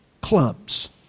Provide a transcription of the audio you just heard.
clubs